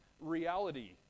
reality